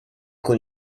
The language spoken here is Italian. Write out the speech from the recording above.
con